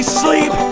sleep